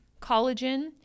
collagen